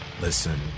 listen